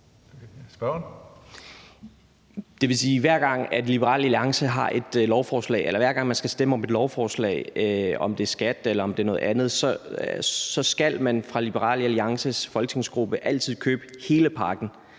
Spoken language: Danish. hver gang man skal stemme om et lovforslag, om det handler om skat, eller om det handler om noget andet, skal man i Liberal Alliances folketingsgruppe altid købe hele pakken,